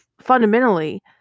Fundamentally